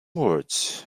words